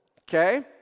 okay